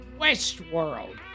Westworld